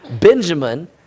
Benjamin